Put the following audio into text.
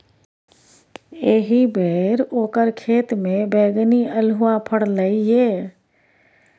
एहिबेर ओकर खेतमे बैगनी अल्हुआ फरलै ये